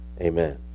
Amen